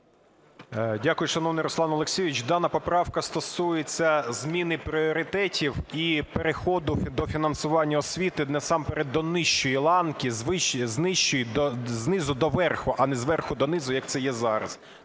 Дякую, шановний Руслан Олексійович. Дана поправка стосується зміни пріоритетів і переходу до фінансування освіти, насамперед до нижчої ланки знизу доверху, а не зверху донизу як це є зараз.